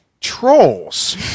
trolls